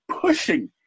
pushing